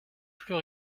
plus